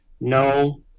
no